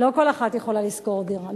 לא כל אחת יכולה לשכור דירה.